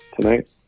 tonight